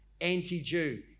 anti-jew